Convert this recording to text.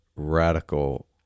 radical